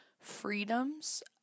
freedoms